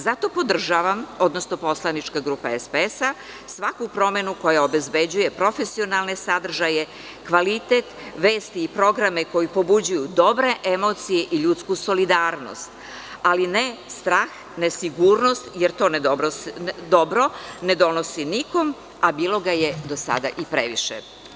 Zato podržavam, odnosno poslanička grupa SPS, svaku promenu koja obezbeđuje profesionalne sadržaje, kvalitet vesti i programe koji pobuđuju dobre emocije i ljudsku solidarnost, ali ne strah, nesigurnost, jer to dobro ne donosi nikom, a bilo ga je do sada i previše.